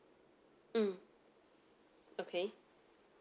mm okay